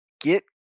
Get